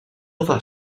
thought